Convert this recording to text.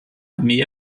armee